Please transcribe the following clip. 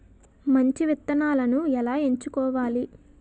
మంచి విత్తనాలను ఎలా ఎంచుకోవాలి?